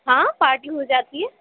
ہاں پارٹی ہو جاتی ہے